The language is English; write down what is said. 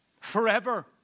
forever